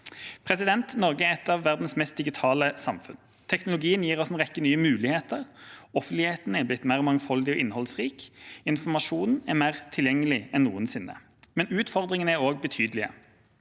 trengs. Norge er et av verdens mest digitale samfunn. Teknologien gir oss en rekke nye muligheter. Offentligheten er blitt mer mangfoldig og innholdsrik, informasjonen er mer tilgjengelig enn noensinne, men utfordringene er også betydelige.